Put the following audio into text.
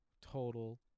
total